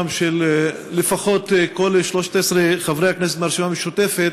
אולי בשמם של לפחות כל 13 חברי הכנסת מהרשימה המשותפת,